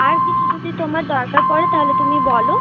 আর কিছু যদি তোমার দরকার পড়ে তাহলে তুমি বলো